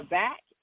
back